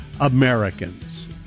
Americans